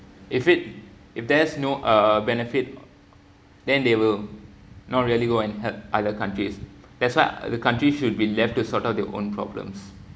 if it if there's no uh benefit then they will not really go and help other countries that's why the countries should be left to sort out their own problems